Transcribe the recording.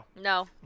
No